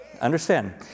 Understand